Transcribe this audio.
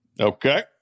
Okay